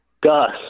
Gus